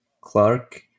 Clark